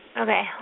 Okay